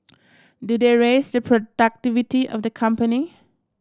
do they raise the productivity of the company